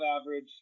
average